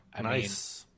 Nice